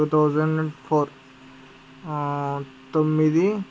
to thousand four తొమ్మిది